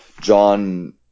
John